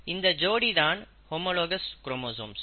இந்த ஜோடி தான் ஹோமோலாகஸ் குரோமோசோம்ஸ்